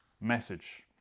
message